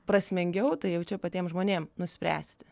prasmingiau tai jau čia patiem žmonėm nuspręsti